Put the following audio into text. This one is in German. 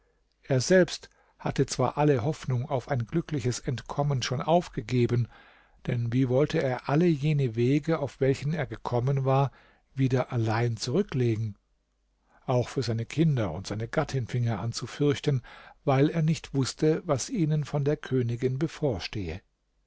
er selbst hatte zwar alle hoffnung auf ein glückliches entkommen schon aufgegeben denn wie wollte er alle jene wege auf welchen er gekommen war wieder allein zurücklegen auch für seine kinder und seine gattin fing er an zu fürchten weil er nicht wußte was ihnen von der königin bevorstehe